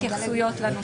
תודה.